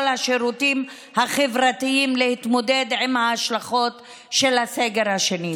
השירותים החברתיים להתמודד עם ההשלכות של הסגר השני.